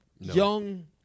Young